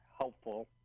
helpful